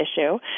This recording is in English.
issue